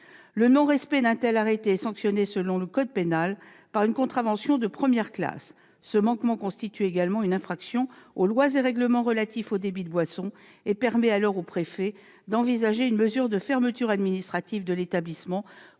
Le non-respect d'un tel arrêté est sanctionné, selon le code pénal, par une contravention de première classe. Ce manquement constitue également une « infraction aux lois et règlements relatifs [aux débits de boissons] » et permet alors au préfet d'envisager une mesure de fermeture administrative de l'établissement